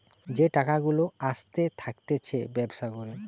যেই টাকা গুলা আসতে থাকতিছে ব্যবসা করে